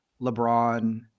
LeBron